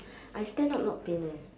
I stand up not pain eh